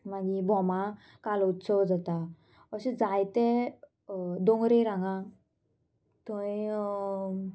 मागीर बोमा कालोत्सव जाता अशें जायते दोंगरेर हांगा थंय